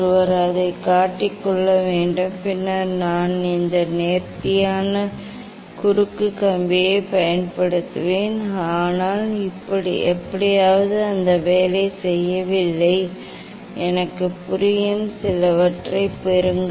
ஒருவர் அதைக் கட்டிக்கொள்ள வேண்டும் பின்னர் நான் இந்த நேர்த்தியான குறுக்கு கம்பியைப் பயன்படுத்துவேன் ஆனால் எப்படியாவது அது வேலை செய்யவில்லை எனக்குப் புரியும் சிலவற்றைப் பெறுங்கள்